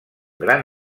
gran